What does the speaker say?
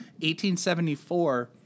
1874